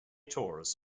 tours